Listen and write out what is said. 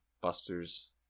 busters